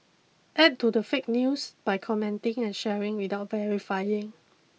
add to the fake news by commenting and sharing without verifying